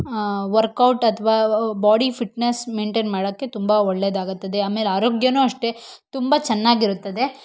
workout ಅಥವಾ body fitness maintain ಮಾಡೋಕ್ಕೆ ತುಂಬ ಒಳ್ಳೆದಾಗುತ್ತದೆ ಆಮೇಲೆ ಆರೋಗ್ಯನೂ ಅಷ್ಟೇ ತುಂಬ ಚೆನ್ನಾಗಿರುತ್ತದೆ